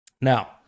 Now